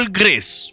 grace